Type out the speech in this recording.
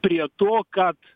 prie to kad